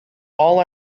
all